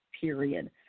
period